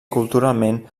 culturalment